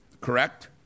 correct